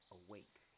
awake